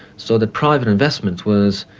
so that private investment was,